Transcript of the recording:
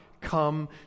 come